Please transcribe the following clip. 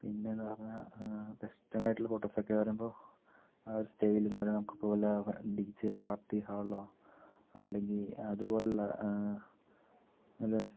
പിന്നെന്ന് പറഞ്ഞാൽ ബെസ്റ്റഡ് ആയിട്ടുള്ള ഫോട്ടോസൊക്കെ വരുമ്പോൾ ആ ഒരു സ്റ്റേജിലെന്ന് പറയുമ്പോൾ നമുക്ക് ഇപ്പൊ വല്ല ഡിജെ പാർട്ടി ഹാളോ അല്ലെങ്കിൽ അതുപോലുള്ള ഒരു